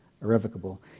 irrevocable